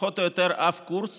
שפחות או יותר שום קורס